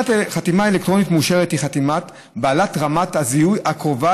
חתימה אלקטרונית מאושרת היא חתימה בעלת רמת הזיהוי הקרובה